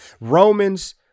Romans